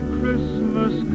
Christmas